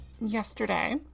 yesterday